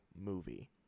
movie